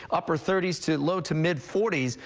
upper thirty s to low to mid forty s.